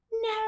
no